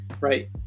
right